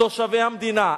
תושבי המדינה,